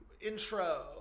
Intro